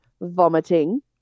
vomiting